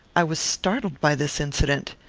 i was startled by this incident.